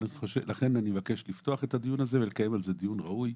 לכן אני מבקש לפתוח את הדיון הזה ולקיים על זה דיון ראוי,